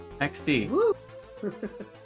XD